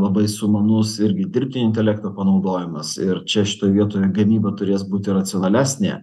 labai sumanus irgi dirbtinio intelekto panaudojimas ir čia šitoj vietoj gamyba turės būti racionalesnė